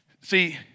see